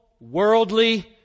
worldly